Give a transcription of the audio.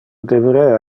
deberea